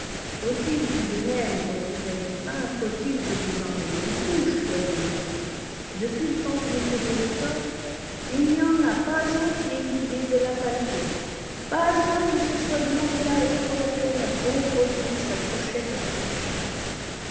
faut-il tout de même continuait lupin faut-il que vous en ayez une couche toi et les autres depuis le temps que vous tenez l'étoffe il n'y en a pas un qui ait eu l'idée de la palper pas un qui se soit demandé la raison pour laquelle la pauvre fille s'accrochait à son écharpe